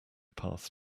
path